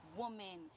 woman